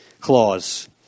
clause